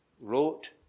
wrote